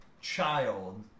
Child